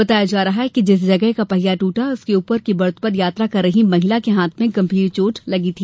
बताया जा रहा है कि जिस जगह का पहिया टूटा उसके ऊपर की बर्थ पर यात्रा कर रही महिला के हाथ मे गंभीर चोट लगी है